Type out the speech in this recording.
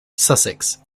sussex